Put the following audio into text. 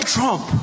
Trump